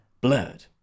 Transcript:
blurred